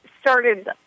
started